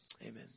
Amen